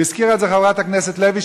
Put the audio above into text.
הזכירה את זה חברת הכנסת לוי,